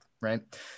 right